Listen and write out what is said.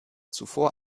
zuvor